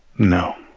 no